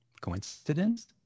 Coincidence